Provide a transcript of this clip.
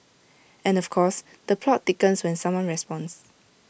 and of course the plot thickens when someone responds